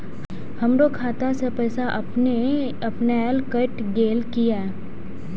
हमरो खाता से पैसा अपने अपनायल केट गेल किया?